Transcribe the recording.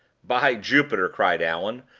by jupiter! cried allan,